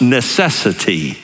necessity